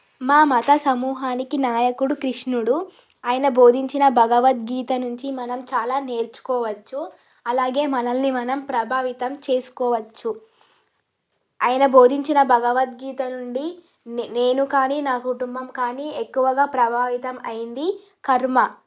మా మత సమూహానికి నాయకుడు క్రిష్ణుడు ఆయన బోధించిన భగవద్గీత నుంచి మనం చాలా నేర్చుకోవచ్చు అలాగే మనల్ని మనం ప్రభావితం చేసుకోవచ్చు ఆయన బోధించిన భగవద్గీత నుండి నే నేను కానీ నా కుటుంబం కానీ ఎక్కువగా ప్రభావితం అయ్యింది కర్మ